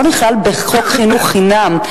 נגיד, ניקח את הנושא שעליו אנחנו מדברים עכשיו.